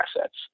assets